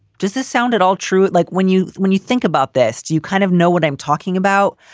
does this sound at all true, like when you when you think about this, do you kind of know what i'm talking about?